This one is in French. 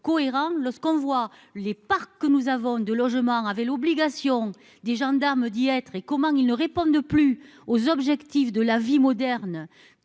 cohérent lorsqu'on voit les parcs que nous avons de logements avaient l'obligation des gendarmes d'y être et comment ils ne répondent plus aux objectifs de la vie moderne,